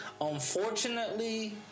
Unfortunately